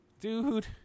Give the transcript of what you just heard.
Dude